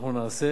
ואנחנו נעשה.